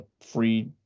free